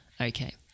okay